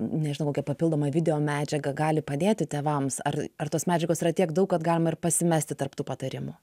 nežinau kokia papildoma videomedžiaga gali padėti tėvams ar ar tos medžiagos yra tiek daug kad galima ir pasimesti tarp tų patarimų